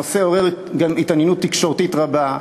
הנושא עורר גם התעניינות תקשורתית רבה,